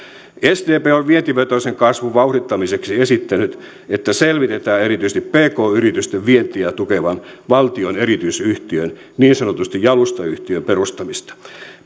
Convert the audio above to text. sdp on vientivetoisen kasvun vauhdittamiseksi esittänyt että selvitetään erityisesti pk yritysten vientiä tukevan valtion erityisyhtiön niin sanotun jalustayhtiön perustamista